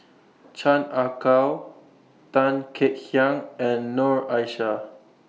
Chan Ah Kow Tan Kek Hiang and Noor Aishah